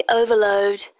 overload